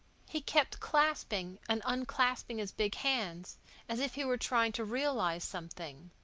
he kept clasping and unclasping his big hands as if he were trying to realize something.